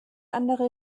andere